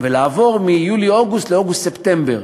ולעבור מיולי-אוגוסט לאוגוסט-ספטמבר.